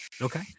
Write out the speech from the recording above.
Okay